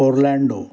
orlando